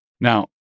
Now